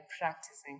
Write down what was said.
practicing